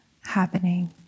happening